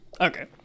Okay